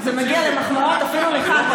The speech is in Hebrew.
זה מגיע למחמאות אפילו לך.